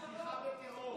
תמיכה בטרור.